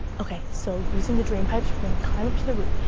ok, so using the drain pipes, we're gonna climb up to the roof.